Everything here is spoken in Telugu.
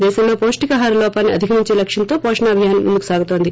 దేశంలో పాష్టికాహార లోపాన్సి అధిగమించే లక్ష్యంతో పోషణ అభియాస్ ముందుకు సాగుతోంది